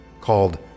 called